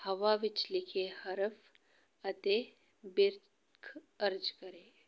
ਹਵਾ ਵਿੱਚ ਲਿਖੇ ਹਰਫ਼ ਅਤੇ ਬਿਰਖ ਅਰਜ਼ ਕਰੇ